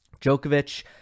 Djokovic